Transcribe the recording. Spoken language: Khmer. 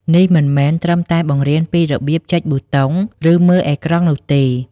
នេះមិនមែនត្រឹមតែបង្រៀនពីរបៀបចុចប៊ូតុង ឬមើលអេក្រង់នោះទេ។